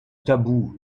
tabou